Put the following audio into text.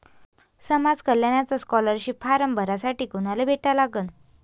समाज कल्याणचा scholarship form भरासाठी कुनाले भेटा लागन?